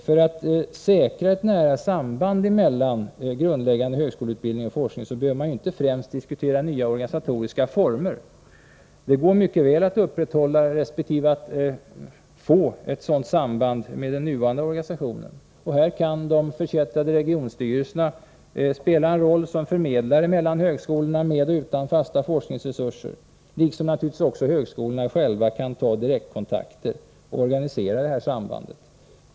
För att säkra ett nära samband mellan grundläggande högskoleutbildning och forskning behöver man inte främst diskutera nya organisatoriska former. Det går mycket väl att upprätthålla eller att skapa ett sådant samband med den nuvarande organisationen. Här kan de förkättrade regionstyrelserna spela en roll som förmedlare mellan högskolorna med resp. utan fasta forskningsresurser. Högskolorna själva kan naturligtvis också ta direktkontakter och organisera det här sambandet.